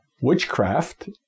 Witchcraft